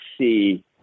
see